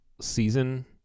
season